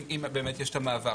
אם באמת יש את המעבר.